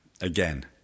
Again